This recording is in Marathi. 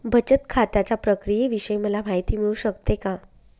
बचत खात्याच्या प्रक्रियेविषयी मला माहिती मिळू शकते का?